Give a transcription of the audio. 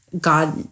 God